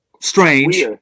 strange